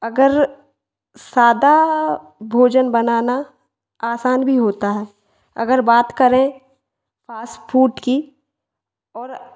अगर सादा भोजन बनाना आसान भी होता है अगर बात करें फास्ट फूड की और